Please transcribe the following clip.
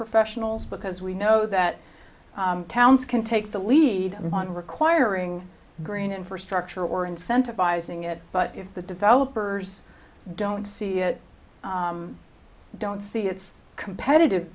professionals because we know that towns can take the lead on requiring green infrastructure or incentivizing it but if the developers don't see it i don't see it's competitive